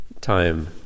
time